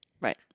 Right